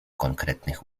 konkretnych